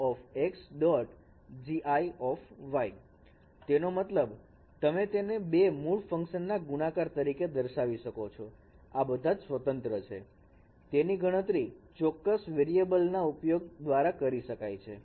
gi તેનો મતલબ તમે તેને ૨ મૂળ ફંકશનના ગુણાકાર તરીકે દર્શાવી શકો છો એ બધા સ્વતંત્ર છે તેની ગણતરી ચોક્કસ વેરિયેબલ ના ઉપયોગ દ્વારા કરી શકાય છે